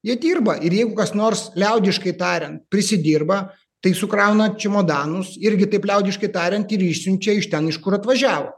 jie dirba ir jeigu kas nors liaudiškai tariant prisidirba tai sukrauna čemodanus irgi taip liaudiškai tariant ir išsiunčia iš ten iš kur atvažiavo